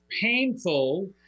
painful